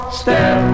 step